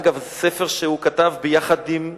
אגב, זה ספר שהוא כתב יחד עם אריה.